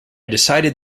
decided